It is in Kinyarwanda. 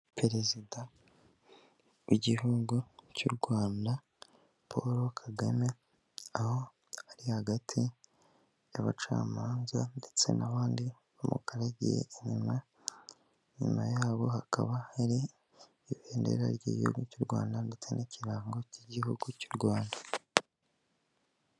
Perezida w'igihugu cy'u Rwanda Paul Kagame, aho ari hagati y'abacamanza ndetse n'abandi bamugaragiye inyuma, inyuma yabo hakaba hari ibendera ry'igihugu cy'u Rwanda ndetse n'ikirango cy'igihugu cy'u Rwanda.